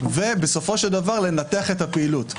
ובסופו של דבר לנתח את הפעילות.